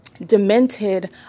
demented